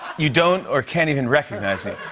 you don't or can't even recognize me.